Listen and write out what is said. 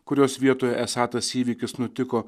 kurios vietoje esą tas įvykis nutiko